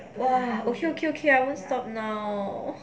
!wah! okay okay okay I won't stop now